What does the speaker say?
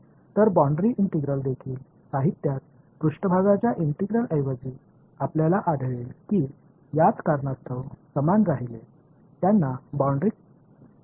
तर boundary integral देखील साहित्यात पृष्ठभागाच्या इंटिग्रलऐवजी आपल्याला आढळेल की याच कारणास्तव समान राहिले त्यांना बाउंड्री इंटिग्रील्स म्हणतात